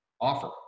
offer